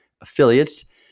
affiliates